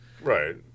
Right